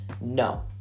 no